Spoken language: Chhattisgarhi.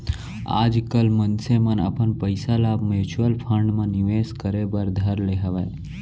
आजकल मनसे मन अपन पइसा ल म्युचुअल फंड म निवेस करे बर धर ले हवय